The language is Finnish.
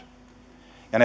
ja